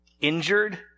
injured